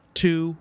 two